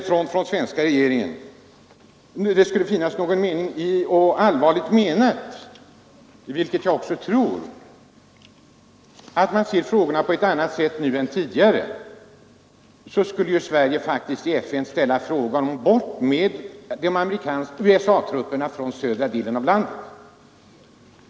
Men om det skulle finnas något allvarligt motiv — vilket jag tror att det gör — till att man ser frågorna på ett annat sätt nu än tidigare, så borde Sverige faktiskt i FN resa kravet: ”Bort med USA-trupperna från södra delen av landet!